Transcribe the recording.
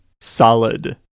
solid